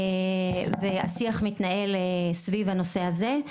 השיח מתנהל סביב הנושא הזה,